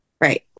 Right